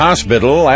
Hospital